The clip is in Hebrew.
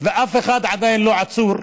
ואף אחד עדיין לא עצור,